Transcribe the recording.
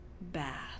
bath